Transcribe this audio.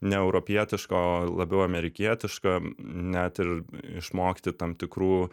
ne europietišką o labiau amerikietišką net ir išmokti tam tikrų